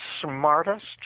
smartest